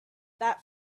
that